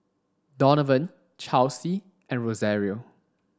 Donavan Chelsey and Rosario